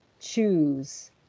choose